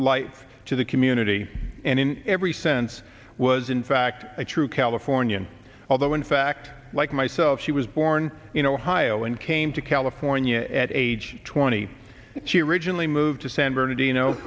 life to the community and in every sense was in fact a true californian although in fact like myself she was born in ohio and came to california at age twenty she originally moved to san bernardino